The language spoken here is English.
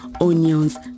onions